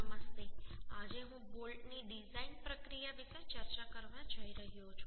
નમસ્તે આજે હું બોલ્ટની ડિઝાઇન પ્રક્રિયા વિશે ચર્ચા કરવા જઈ રહ્યો છું